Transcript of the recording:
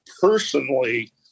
personally